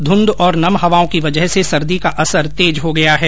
ध्रंघ और नम हवाओं की वजह से सर्दी का असर तेज हो गया है